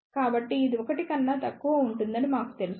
కాబట్టి ఇది 1 కన్నా తక్కువ ఉంటుందని మాకు తెలుసు